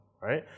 right